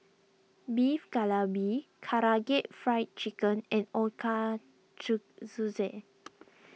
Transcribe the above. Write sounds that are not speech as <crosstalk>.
Beef Galbi Karaage Fried Chicken and <unintelligible>